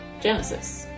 Genesis